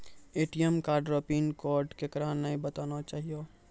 ATM card रो pin code केकरै नाय बताना चाहियो